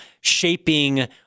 shaping